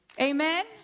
Amen